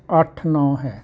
ਅੱਠ ਨੌਂ ਹੈ